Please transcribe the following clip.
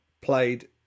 played